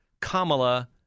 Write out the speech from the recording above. Kamala